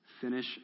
Finish